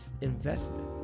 investment